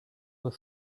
were